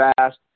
fast